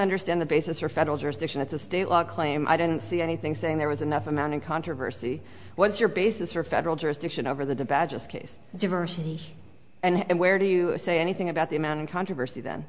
understand the basis for federal jurisdiction it's a state law claim i didn't see anything saying there was enough amount in controversy was your basis for federal jurisdiction over the badges case diversity and where do you say anything about the amount of controversy th